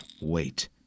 Wait